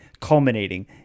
culminating